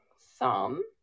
thumb